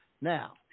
now